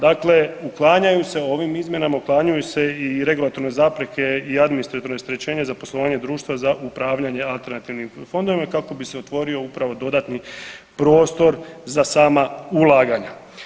Dakle, uklanjaju se ovim izmjenama uklanjaju se i regulatorne zapreke i administrativno rasterećenje za poslovanje društva za upravljanje alternativnim fondovima kako bi se otvorio upravo dodatni prostor za sama ulaganja.